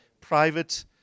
private